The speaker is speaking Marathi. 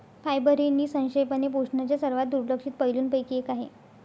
फायबर हे निःसंशयपणे पोषणाच्या सर्वात दुर्लक्षित पैलूंपैकी एक आहे